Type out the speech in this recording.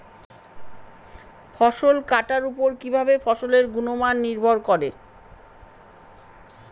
ফসল কাটার উপর কিভাবে ফসলের গুণমান নির্ভর করে?